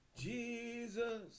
Jesus